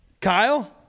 Kyle